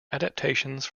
adaptations